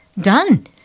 done